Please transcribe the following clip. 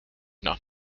nach